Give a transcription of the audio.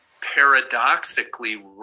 paradoxically